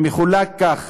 שמחולקים כך: